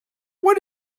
what